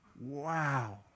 Wow